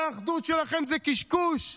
אבל האחדות שלכם זה קשקוש,